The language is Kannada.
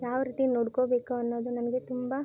ಯಾವ ರೀತಿ ನೋಡ್ಕೊಳ್ಬೇಕು ಅನ್ನೋದು ನನಗೆ ತುಂಬ